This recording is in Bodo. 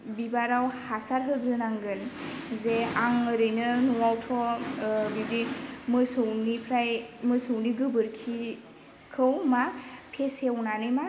बिबाराव हासार होग्रोनांगोन जे आं ओरैनो नआवथ' बिदि मोसौनिफ्राय मोसौनि गोबोरखिखौ मा फेसेवनानै मा